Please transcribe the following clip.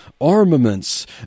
armaments